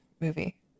movie